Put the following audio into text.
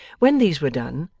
when these were done,